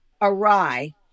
awry